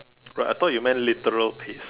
right I thought you meant literal pace